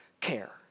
care